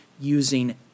using